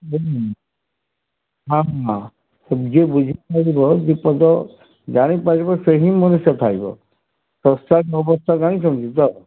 ବୁଝିଲେ ହଁ ହଁ ଯିଏ ବୁଝି ପାରିବ ଦୁଇ ପଦ ଜାଣି ପାରିବ ସେହି ହିଁ ମଣିଷ ଖାଇବ ଶସ୍ତାରୁ ଅବସ୍ଥା କାହିଁକି ଯିବ